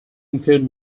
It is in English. include